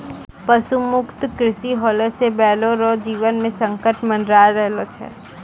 पशु मुक्त कृषि होला से बैलो रो जीवन मे संकट मड़राय रहलो छै